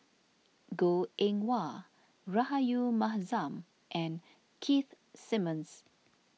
Goh Eng Wah Rahayu Mahzam and Keith Simmons